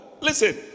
Listen